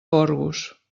gorgos